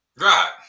Right